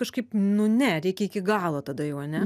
kažkaip nu ne reikia iki galo tada jau ane